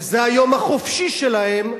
וזה היום החופשי שלהם,